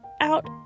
out